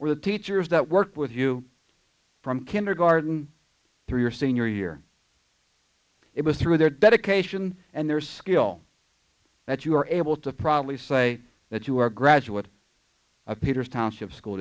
where the teachers that worked with you from kindergarten through your senior year it was through their dedication and their skill that you were able to probably say that you are a graduate of peter's township school